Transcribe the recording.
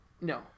No